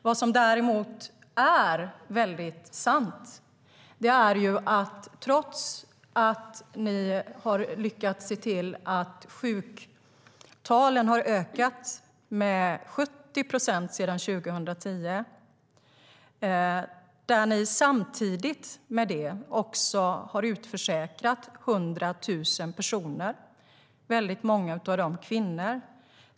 Vad som däremot är väldigt sant är att ni har lyckats se till att sjuktalen har ökat med 70 procent sedan 2010. Samtidigt har ni utförsäkrat 100 000 personer - många av dem är kvinnor.